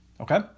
Okay